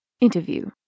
interview